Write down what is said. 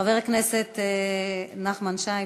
חבר הכנסת אוסאמה סעדי.